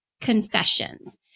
confessions